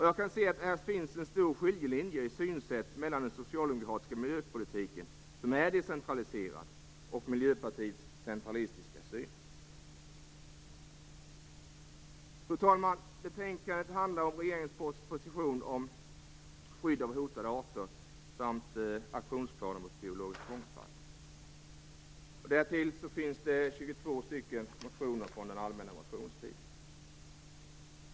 Jag kan se att här finns en stor skiljelinje i synsätt mellan den socialdemokratiska miljöpolitiken, som är decentraliserad, och Miljöpartiets centralistiska syn. Betänkandet handlar om regeringens proposition om Skydd av hotade arter samt aktionsplaner för biologisk mångfald. Därtill finns 22 motioner från den allmänna motionstiden.